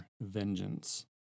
vengeance